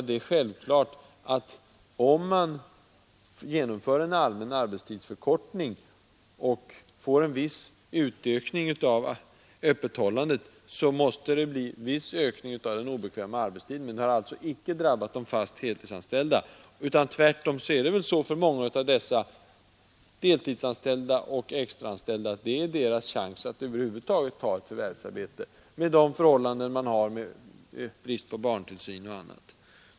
Det är självklart att om man genomför en allmän arbetstidsförkortning och får en viss utökning av öppethållandet, så måste det bli viss ökning av den obekväma arbetstiden, men den ökningen har alltså inte drabbat de fast heltidsanställda. Tvärtom är väl söndagsöppet för många deltidsanställda och extraanställda en chans att över huvud taget ta ett förvärvsarbete, med de förhållanden som råder med brist på barntillsyn m.m.